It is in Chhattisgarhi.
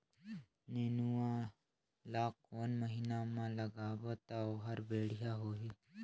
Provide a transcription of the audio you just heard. नेनुआ ला कोन महीना मा लगाबो ता ओहार बेडिया होही?